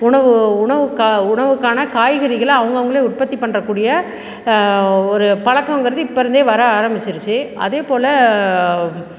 உணவு உணவுக்காக உணவுக்கான காய்கறிகளை அவங்க அவங்களே உற்பத்தி பண்ணுறக்கூடிய ஒரு பழக்கங்கிறது இப்போ இருந்தே வர ஆரம்பிச்சிருச்சு அதேப்போல